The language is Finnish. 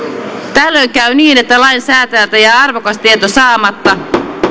tällöin käy niin että lainsäätäjältä jää arvokas tieto saamatta